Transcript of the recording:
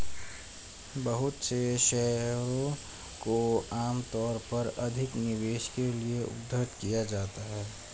बहुत से शेयरों को आमतौर पर अधिक निवेश के लिये उद्धृत किया जाता है